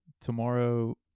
tomorrow